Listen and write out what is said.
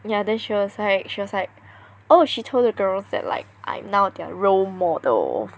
ya then she was like she was like oh she told the girls that like I'm now their role model